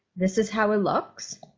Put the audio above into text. this is how it looks